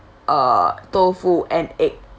uh tofu and egg